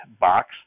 box